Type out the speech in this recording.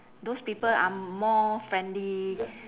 those people are more friendly